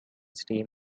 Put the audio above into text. steam